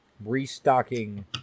Restocking